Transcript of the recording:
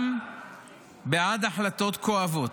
גם בעד החלטות כואבות.